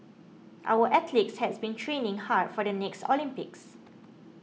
our athletes has been training hard for the next Olympics